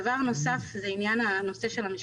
דבר נוסף הוא נושא המשקל.